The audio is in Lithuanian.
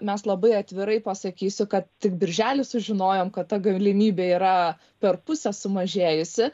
mes labai atvirai pasakysiu kad tik birželį sužinojom kad ta galimybė yra per pusę sumažėjusi